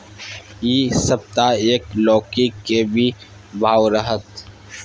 इ सप्ताह एक लौकी के की भाव रहत?